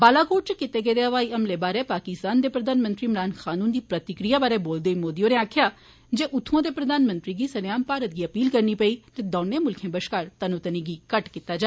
बालाकोट च किते गेदे हवाई हमले बारै पाकिस्तान दे प्रधानमंत्री इमरान खान ह्न्दी प्रतिक्रिया बारै बोलदे होई मोदी होरें आक्खेया जे उत्थुआ दे प्रधानमंत्री गी सरेआम भारत गी अपील करनी पेई जे दौने म्ल्खे बश्करा तनोतनी गी घट्ट कीता जा